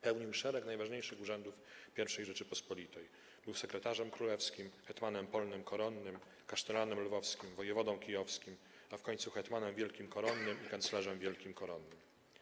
Pełnił szereg najważniejszych urzędów I Rzeczypospolitej: był sekretarzem królewskim, hetmanem polnym koronnym, kasztelanem lwowskim, wojewodą kijowskim, a w końcu hetmanem wielkim koronnym i kanclerzem wielkim koronnym.